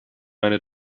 meine